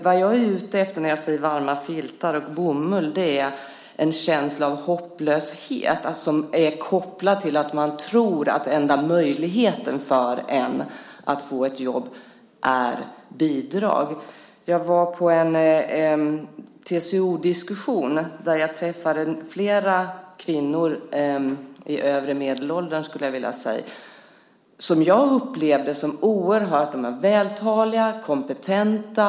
Vad jag är ute efter när jag talar om varma filtar och bomull är en känsla av hopplöshet som är kopplad till att man tror att den enda möjligheten är att få bidrag. Jag var på en TCO-diskussion där jag träffade flera kvinnor i övre medelåldern som jag upplevde som oerhört vältaliga och kompetenta.